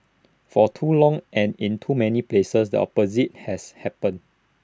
for too long and in too many places the opposite has happened